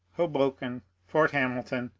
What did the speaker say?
hoboken, fort hamilton,